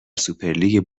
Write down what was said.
سوپرلیگ